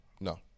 No